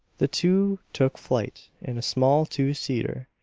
the two took flight in a small two-seater.